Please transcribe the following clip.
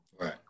right